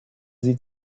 sie